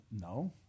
no